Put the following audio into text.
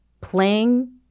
playing